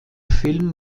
film